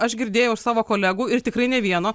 aš girdėjau iš savo kolegų ir tikrai ne vieno